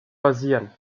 basieren